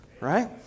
Right